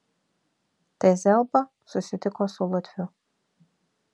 t zelba susitiko su latviu